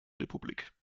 republik